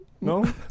No